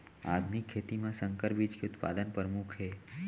आधुनिक खेती मा संकर बीज के उत्पादन परमुख हे